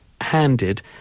handed